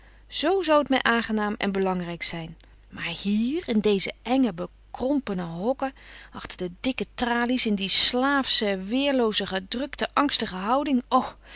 zoo zou het mij aangenaam en belangrijk zijn maar hier in deze enge bekrompene hokken achter die dikke tralies in die slaafsehe weerlooze gedrukte angstige houding o